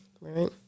Right